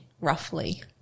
roughly